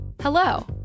Hello